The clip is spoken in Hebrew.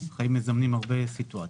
החיים מזמנים הרבה סיטואציות.